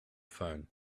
phone